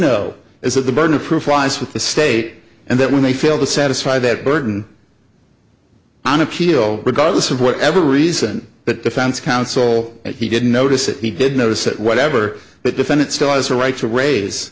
know is that the burden of proof lies with the state and then when they fail to satisfy that burden on appeal regardless of whatever reason that defense counsel that he didn't notice that he did notice that whatever that defendant still has a right to raise